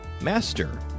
Master